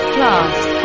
Class